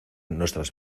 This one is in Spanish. nuestras